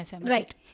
right